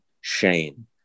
Shane